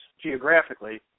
geographically